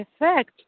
effect